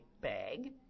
bag